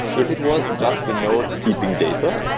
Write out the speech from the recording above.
if it was just a node keeping data,